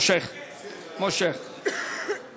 מושך, מושך.